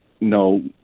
no